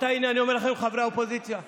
כן, אנחנו לא נעשה את זה בחוסר אחריות.